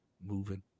moving